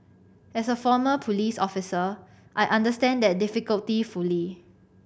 as a former police officer I understand that difficulty fully